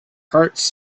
hearts